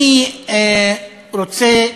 אני רוצה,